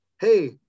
hey